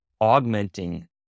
augmenting